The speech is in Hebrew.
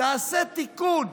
תעשה תיקון,